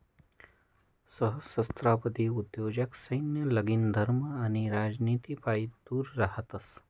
सहस्त्राब्दी उद्योजक सैन्य, लगीन, धर्म आणि राजनितीपाईन दूर रहातस